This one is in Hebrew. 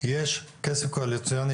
יש כסף קואליציוני,